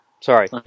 Sorry